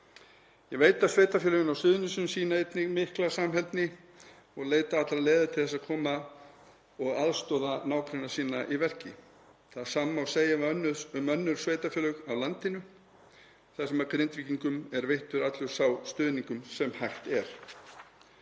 Ég veit að sveitarfélögin á Suðurnesjum sýna einnig mikla samheldni og leita allra leiða til að koma og aðstoða nágranna sína í verki. Það sama má segja um önnur sveitarfélög á landinu þar sem Grindvíkingum er veittur allur sá stuðningur sem hægt er.